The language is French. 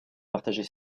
partager